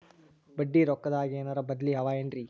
ಬಡ್ಡಿ ರೊಕ್ಕದಾಗೇನರ ಬದ್ಲೀ ಅವೇನ್ರಿ?